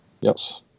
Yes